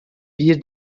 bir